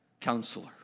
Counselor